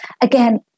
Again